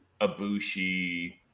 Abushi